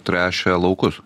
tręšia laukus